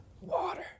water